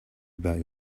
about